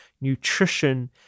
nutrition